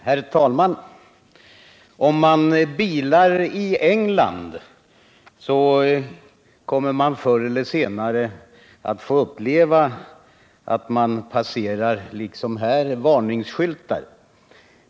Herr talman! Om man bilar i England kommer man förr eller senare att få uppleva att man — liksom här — passerar varningsskyltar.